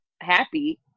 happy